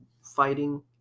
fighting